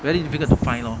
very difficult to find lor